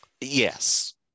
Yes